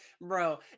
bro